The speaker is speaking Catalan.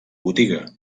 botiga